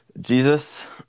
Jesus